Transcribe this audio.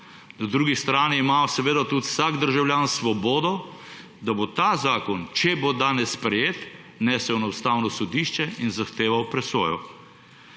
Na drugi strani ima seveda tudi vsak državljan svobodo, da bo ta zakon, če bo danes sprejet, nesel na Ustavno sodišče in zahteval presojo.